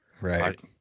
Right